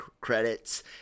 credits